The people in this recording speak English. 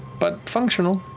but functional,